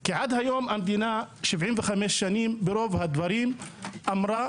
כי יעד היום המדינה 75 שנים ברוב הדברים אמרה: